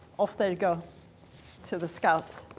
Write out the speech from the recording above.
off there you'd go to the scouts.